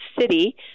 city